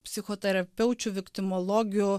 psichoterapeučių viktimologių